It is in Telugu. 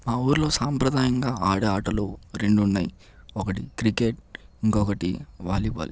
మా ఊర్లో సంప్రదాయంగా ఆడే ఆటలు రెండు ఉన్నాయి ఒకటి క్రికెట్ ఇంకొకటి వాలీ బాల్